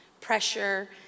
pressure